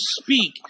speak